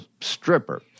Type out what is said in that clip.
stripper